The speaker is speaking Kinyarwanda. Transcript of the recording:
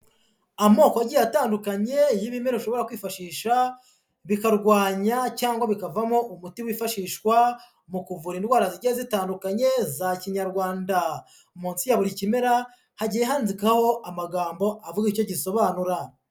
Amoko agiye atandukanye y'ibimera ushobora kwifashisha bikarwanya cyangwa bikavamo umuti wifashishwa mu kuvura indwara zigiye zitandukanye za Kinyarwanda, munsi ya buri kimera hagiye handikaho amagambo avuga icyo gisobanura.